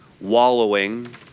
Wallowing